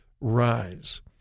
rise